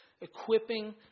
equipping